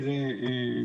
תראה,